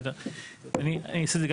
זה ברור ועולה מהדברים, 8ג,